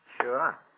Sure